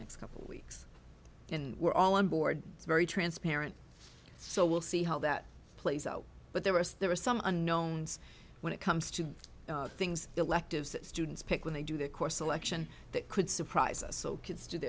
next couple of weeks and we're all on board it's very transparent so we'll see how that plays out but there was there were some unknowns when it comes to things electives that students pick when they do the course election that could surprise us so kids